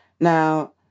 Now